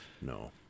No